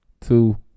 two